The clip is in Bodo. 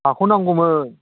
हाखौ नांगौमोन